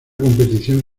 competición